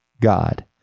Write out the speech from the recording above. god